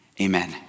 amen